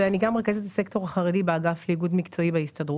ואני גם רכזת סקטור החרדי באגף לאיגוד מקצועי בהסתדרות.